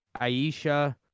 Aisha